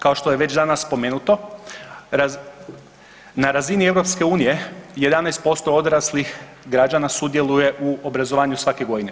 Kao što je već danas spomenuto na razini EU 11% odraslih građana sudjeluje u obrazovanju svake godine.